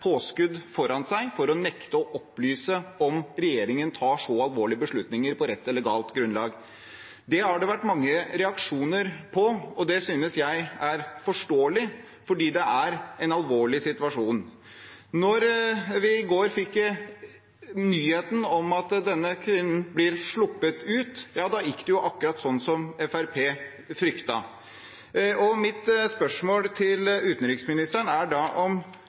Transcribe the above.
påskudd foran seg for å nekte å opplyse om regjeringen tar så alvorlige beslutninger på rett eller galt grunnlag. Det har det vært mange reaksjoner på, og det synes jeg er forståelig, fordi det er en alvorlig situasjon. Da vi i går fikk nyheten om at denne kvinnen blir sluppet ut – ja, da gikk det jo akkurat sånn som Fremskrittspartiet fryktet. Mitt spørsmål til utenriksministeren er om